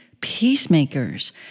peacemakers